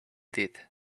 did